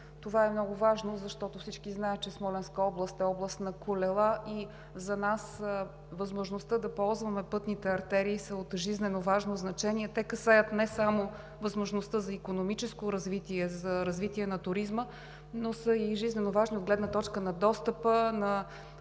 Това е много важно, защото всички знаят, че Смолянска област е област на колела и за нас възможността да ползваме пътните артерии са от жизненоважно значение. Те касаят не само възможността за икономическо развитие, за развитие на туризма, но са и жизненоважни от гледна точка на достъпа на